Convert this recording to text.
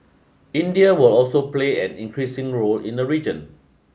India will also play an increasing role in the region